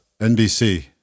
NBC